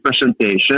presentation